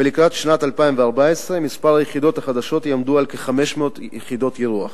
ולקראת שנת 2014 מספר היחידות החדשות יעמדו על כ-500 יחידות אירוח.